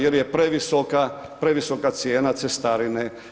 Jer je previsoka, previsoka cijena cestarine.